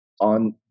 on